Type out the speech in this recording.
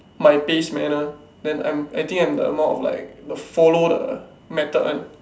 my pace manner then I'm I think I'm the more of the like follow the method one